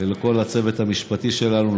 ולכל הצוות המשפטי שלנו,